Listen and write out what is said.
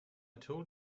told